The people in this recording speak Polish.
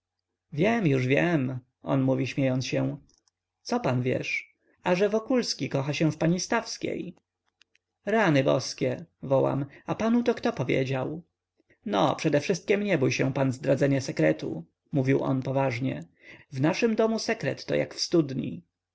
wiem już wiem on mówi śmiejąc się co pan wiesz a że wokulski kocha się w pani stawskiej rany boskie wołam a panu to kto powiedział no przedewszystkiem nie bój się pan zdradzenia sekretu mówił on poważnie w naszym domu sekret to jak w studni